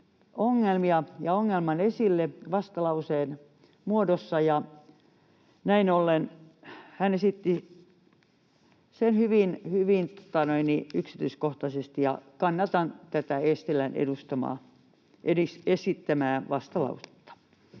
ongelmia ja ongelman esille vastalauseen muodossa, ja näin ollen hän esitti sen hyvin yksityiskohtaisesti, ja kannatan tätä Eestilän esittämää vastalausetta.